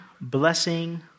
blessing